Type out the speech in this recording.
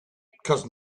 because